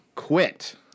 Quit